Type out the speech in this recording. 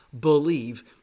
believe